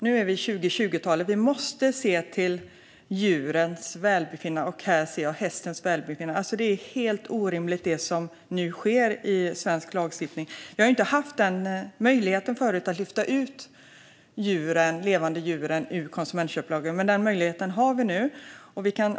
Nu är vi på 2020-talet. Vi måste se till djurens välbefinnande, och just här är det hästens välbefinnande jag tänker på. Det som nu sker i svensk lagstiftning är helt orimligt. Vi har tidigare inte haft möjlighet att lyfta ut de levande djuren ur konsumentköplagen, men den möjligheten finns nu.